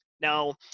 Now